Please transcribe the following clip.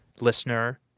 listener